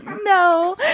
No